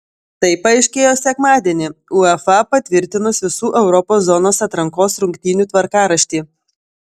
tai paaiškėjo sekmadienį uefa patvirtinus visų europos zonos atrankos rungtynių tvarkaraštį